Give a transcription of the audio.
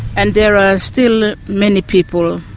and there are still many people